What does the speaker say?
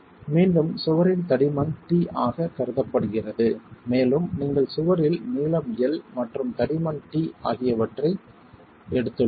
மீண்டும் சுவரின் தடிமன் t ஆகக் கருதப்படுகிறது மேலும் நீங்கள் சுவரில் நீளம் L மற்றும் தடிமன் t ஆகியவற்றை எடுத்துள்ளோம்